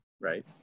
right